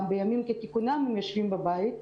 גם בימים כתיקונם הם יושבים בבית,